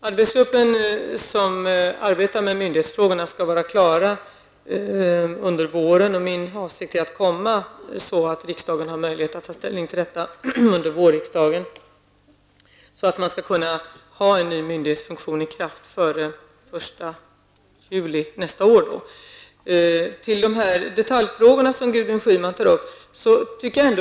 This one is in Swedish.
Herr talman! Den arbetsgrupp som arbetar med myndighetsfrågorna skall vara klar under våren. Avsikten är att riksdagen skall kunna ta ställning under vårriksdagen, så att man kan ha en myndighetsfunktion i kraft den 1 juli nästa år. Sedan till detaljfrågorna, som Gudrun Schyman tog upp.